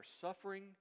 suffering